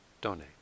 donate